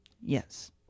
Yes